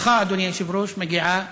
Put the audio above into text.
לך, אדוני היושב-ראש, מגיעה